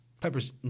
Pepper's